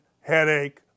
headache